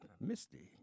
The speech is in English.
Misty